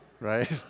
right